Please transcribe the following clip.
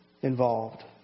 involved